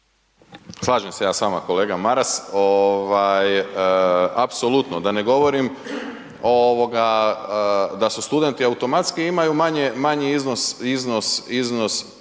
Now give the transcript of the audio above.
Slažem se ja s vama kolega Maras, apsolutno. Da ne govorim da su studenti automatski imaju manji iznos, da su